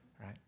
right